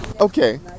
Okay